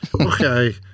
Okay